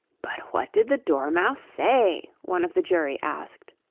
but what did the dormouse say one of the jury asked.